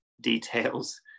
details